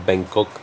Bangkok